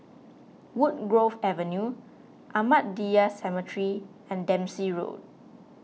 Woodgrove Avenue Ahmadiyya Cemetery and Dempsey Road